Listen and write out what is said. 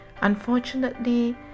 Unfortunately